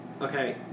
Okay